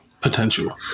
potential